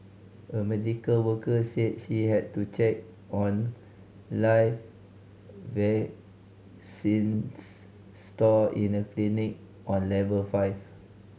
a medical worker said she had to check on live vaccines stored in a clinic on level five